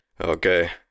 okay